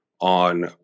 on